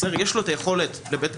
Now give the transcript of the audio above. זה ההבדל שאין הבדל.